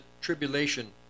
tribulation